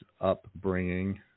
upbringing